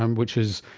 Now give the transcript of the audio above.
um which is,